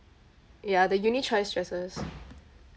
ya the uni choice stress us